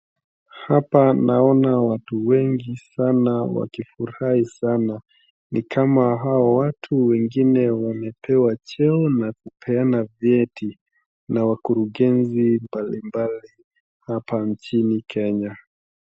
Hapa naona watu wengi sana wakifurahi sana. Ni kama hawa watu wengine wamepewa cheo na kupeana vyeti na wakurugenzi mbalimbali hapa nchini Kenya.